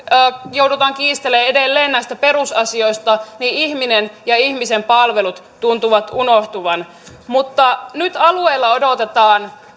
joudutaan kiistelemään edelleen näistä perusasioista ihminen ja ihmisen palvelut tuntuvat unohtuvan nyt alueilla odotetaan